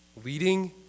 Leading